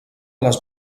les